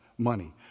money